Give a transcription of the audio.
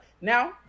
now